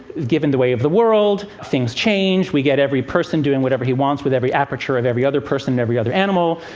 given the way of the world, things change. we get every person doing whatever he wants, with every aperture of every other person and every other animal.